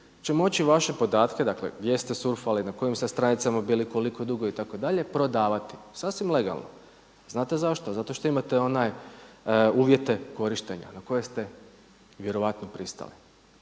će moći vaše podatke, dakle gdje ste surfali, na kojim ste stranicama bili, koliko dugo itd., prodavati. Sasvim legalno. Znate zašto? Zato što imate one uvjete korištenja na koje ste vjerojatno pristali.